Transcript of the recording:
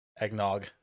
eggnog